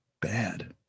bad